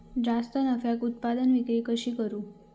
जास्त नफ्याक उत्पादन विक्री कशी करू?